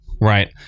right